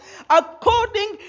according